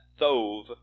Thove